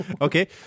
okay